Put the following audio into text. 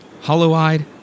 Hollow-eyed